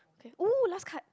okay !woo! last card